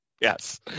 Yes